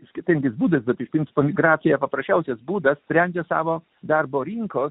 skirtingi būdai praturtinti poligrafiją paprasčiausias būdas sprendžia savo darbo rinkos